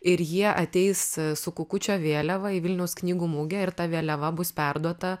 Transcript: ir jie ateis su kukučio vėliava į vilniaus knygų mugę ir ta vėliava bus perduota